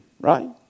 right